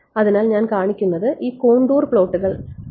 അതിനാൽ ഞാൻ കാണിക്കുന്നത് ഈ കോണ്ടൂർ പ്ലോട്ടുകൾ ആണ്